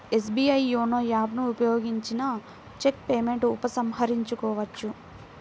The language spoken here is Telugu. ఎస్బీఐ యోనో యాప్ ను ఉపయోగించిన చెక్ పేమెంట్ ఉపసంహరించుకోవచ్చు